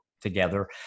together